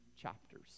chapters